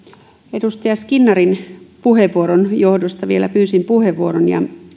edustaja skinnarin puheenvuoron johdosta vielä pyysin puheenvuoron ja